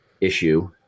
issue